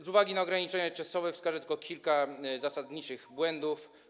Z uwagi na ograniczenia czasowe wskażę tylko kilka zasadniczych błędów.